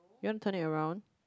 you want turn it around